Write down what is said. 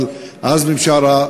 אבל עזמי בשארה,